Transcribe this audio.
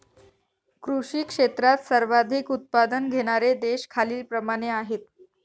कृषी क्षेत्रात सर्वाधिक उत्पादन घेणारे देश खालीलप्रमाणे आहेत